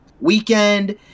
weekend